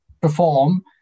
perform